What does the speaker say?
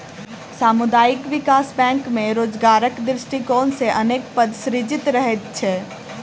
सामुदायिक विकास बैंक मे रोजगारक दृष्टिकोण सॅ अनेक पद सृजित रहैत छै